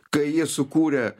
kai jie sukūrė